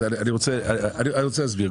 אני רוצה להסביר.